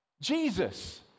Jesus